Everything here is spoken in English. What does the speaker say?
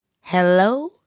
hello